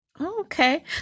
Okay